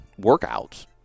workouts